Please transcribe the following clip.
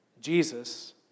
Jesus